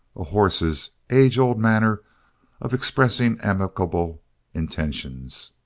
a horse's age-old manner of expressing amicable intentions.